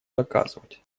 доказывать